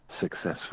successful